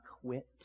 quit